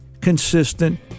consistent